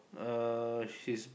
uh